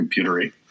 computery